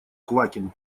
квакин